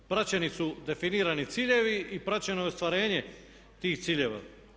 Praćeni su definirani ciljevi i praćeno je ostvarenje tih ciljeva.